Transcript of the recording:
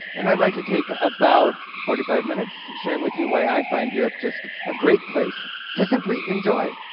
and i'd like to take about forty five minutes sharing with you why i find europe just a great place to simply enjoy.